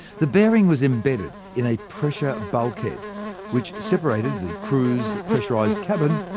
the bearing was embedded in a pressure bulkhead which separated the crew's pressurized cabin,